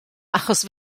achos